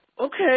Okay